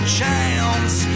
chance